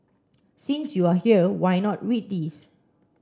since you are here why not read this